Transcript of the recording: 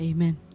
Amen